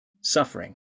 suffering